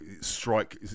Strike